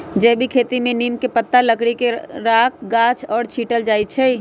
जैविक खेती में नीम के पत्ता, लकड़ी के राख गाछ पर छिट्ल जाइ छै